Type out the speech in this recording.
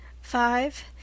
five